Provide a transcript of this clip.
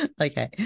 okay